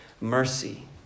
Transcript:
mercy